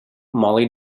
mollie